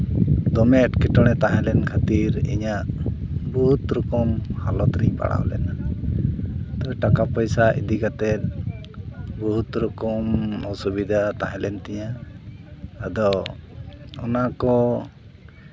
ᱫᱚᱢᱮ ᱮᱴᱠᱮᱴᱚᱬᱮ ᱛᱟᱦᱮᱸ ᱞᱮᱱ ᱠᱷᱟᱹᱛᱤᱨ ᱤᱧᱟᱹᱜ ᱵᱚᱦᱩᱛ ᱨᱚᱠᱚᱢ ᱦᱟᱞᱚᱛ ᱨᱮᱧ ᱯᱟᱲᱟᱣ ᱞᱮᱱᱟ ᱛᱟᱦᱚᱞᱮ ᱴᱟᱠᱟ ᱯᱚᱭᱥᱟ ᱤᱫᱤ ᱠᱟᱛᱮ ᱵᱚᱦᱩᱫ ᱨᱚᱠᱚᱢ ᱚᱥᱩᱵᱤᱫᱷᱟ ᱛᱟᱦᱮᱸ ᱞᱮᱱ ᱛᱤᱧᱟ ᱟᱫᱚ ᱚᱱᱟ ᱠᱚ